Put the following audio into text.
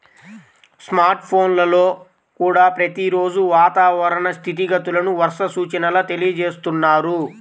smart ఫోన్లల్లో కూడా ప్రతి రోజూ వాతావరణ స్థితిగతులను, వర్ష సూచనల తెలియజేస్తున్నారు